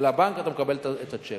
לבנק, אתה מקבל את הצ'ק.